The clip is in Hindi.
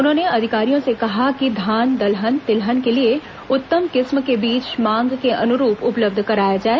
उन्होंने अधिकारियों से कहा कि धान दलहन तिलहन के लिए उत्तम किस्म के बीज मांग के अनुरूप उपलब्ध कराया जाए